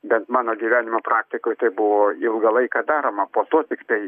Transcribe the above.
bent mano gyvenimo praktikoj tai buvo ilgą laiką daroma po to tiktai